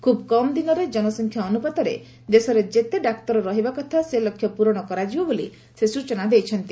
ଖୁବ୍ କମ୍ ଦିନରେ ଜନସଂଖ୍ୟା ଅନୁପାତରେ ଦେଶରେ ଯେତେ ଡାକ୍ତର ରହିବା କଥା ସେ ଲକ୍ଷ୍ୟ ପୂରଣ କରାଯିବ ବୋଲି ସେ ସ୍ବଚନା ଦେଇଛନ୍ତି